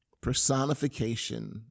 personification